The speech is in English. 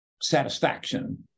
satisfaction